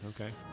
Okay